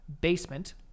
BASEMENT